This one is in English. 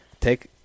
take